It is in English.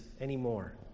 anymore